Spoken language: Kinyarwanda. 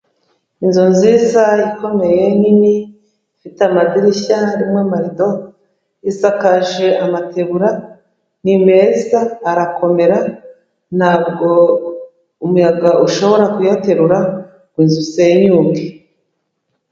Inzu nziza ikomeye nini ifite amadirishya, irimo amarido, isakaje amategura, ni meza arakomera ntabwo umuyaga ushobora kuyaterura ngo inzu isenyuke.